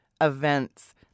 Events